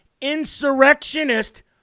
insurrectionist